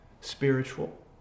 Spiritual